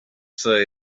say